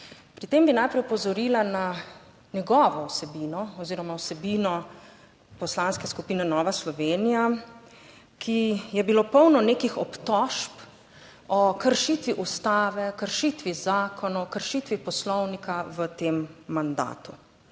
Pri tem bi najprej opozorila na njegovo vsebino oziroma vsebino Poslanske skupine Nova Slovenija, ki je bilo polno nekih obtožb o kršitvi Ustave, kršitvi Zakona o kršitvi Poslovnika v tem mandatu,